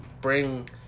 bring